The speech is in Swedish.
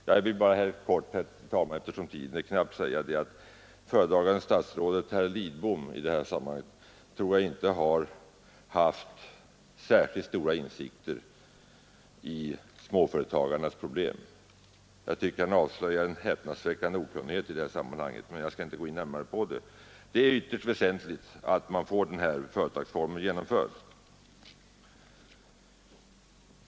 Jag vill helt kort, herr talman, eftersom tiden är knapp, bara säga att föredragande statsrådet herr Lidbom i detta sammanhang inte har visat särskilt stora insikter i småföretagarnas problem. Jag tycker att han avslöjar en häpnadsväckande okunnighet i det sammanhanget, men jag skall inte gå in närmare på det. Det är emellertid ytterst väsentligt att man får den här företagsformen genomförd.